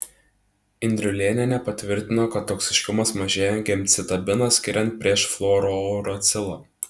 indriulėnienė patvirtino kad toksiškumas mažėja gemcitabiną skiriant prieš fluorouracilą